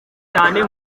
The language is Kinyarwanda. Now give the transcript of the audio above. cyane